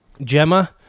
Gemma